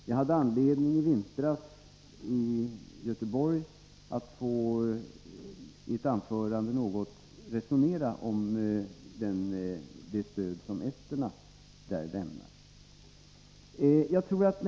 Jag hade i vintras anledning att i ett anförande i Göteborg något få resonera om det stöd som esterna där lämnar.